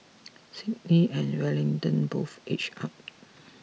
Sydney and Wellington both edged up